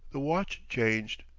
the watch changed.